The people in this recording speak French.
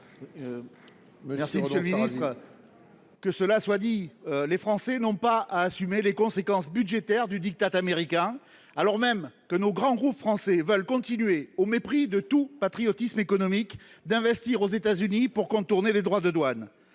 Monsieur le ministre, que cela soit dit, les Français n’ont pas à assumer les conséquences budgétaires du diktat américain, alors même que nos grands groupes veulent continuer, au mépris de tout patriotisme économique, d’investir aux États Unis pour contourner les droits de douane